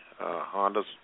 Honda's